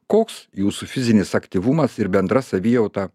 koks jūsų fizinis aktyvumas ir bendra savijauta